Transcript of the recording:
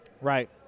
Right